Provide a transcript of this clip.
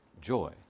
joy